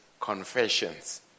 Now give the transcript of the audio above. confessions